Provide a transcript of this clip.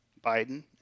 Biden